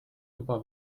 juba